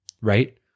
right